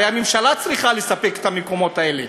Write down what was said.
הרי הממשלה צריכה לספק את המקומות האלה.